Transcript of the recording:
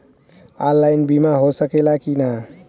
Online बीमा हो सकेला की ना?